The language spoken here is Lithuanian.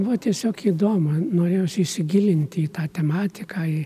buvo tiesiog įdomu norėjosi įsigilinti į tą tematiką